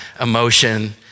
emotion